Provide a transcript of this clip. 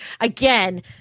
again